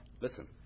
Listen